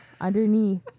underneath